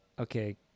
Okay